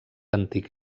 antic